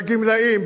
בגמלאים,